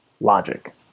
logic